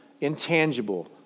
intangible